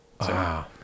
Wow